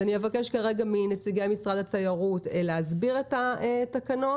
אני אבקש כרגע מנציגי משרד התיירות להסביר את התקנות,